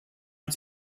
its